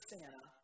Santa